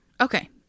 Okay